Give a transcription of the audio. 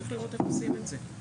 צריך לראות איך עושים את זה.